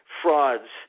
frauds